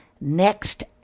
Next